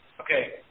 Okay